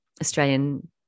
Australian